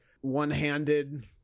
one-handed